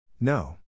No